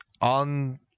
on